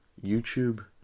YouTube